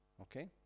okay